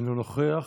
אינו נוכח.